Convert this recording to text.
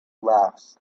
laughs